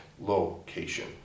location